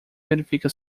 verifica